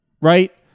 right